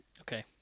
Okay